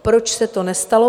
Proč se to nestalo?